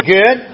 Good